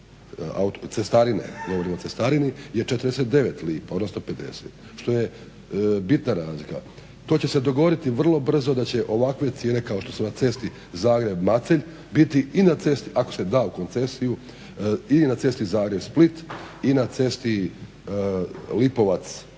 cestarini je 49 lipa odnosno 50 što je bitna razlika. To će se dogoditi vrlo brzo da će ovakve cijene kao što su na cesti Zagreb-Macelj biti i na cesti ako se da u koncesiju i na cesti Zagreb-Split i na cesti Lipovac-Zagreb